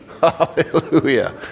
Hallelujah